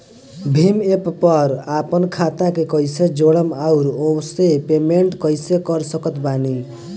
Bhim app पर आपन खाता के कईसे जोड़म आउर ओसे पेमेंट कईसे कर सकत बानी?